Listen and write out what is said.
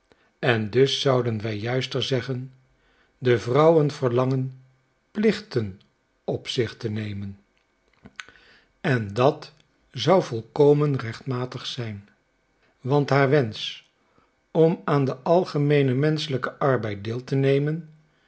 en dus zouden wij juister zeggen de vrouwen verlangen plichten op zich te nemen en dat zou volkomen rechtmatig zijn want haar wensch om aan den algemeenen menschelijken arbeid deel te nemen